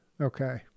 Okay